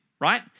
right